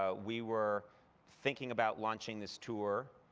ah we were thinking about launching this tour.